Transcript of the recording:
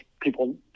people